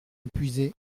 épuisé